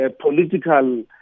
political